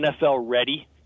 NFL-ready